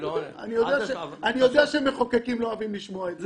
אני יודע שמחוקקים לא אוהבים לשמוע את זה.